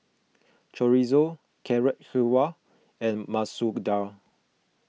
Chorizo Carrot Halwa and Masoor Dal